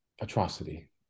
atrocity